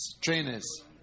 trainers